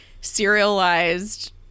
serialized